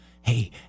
Hey